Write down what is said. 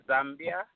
Zambia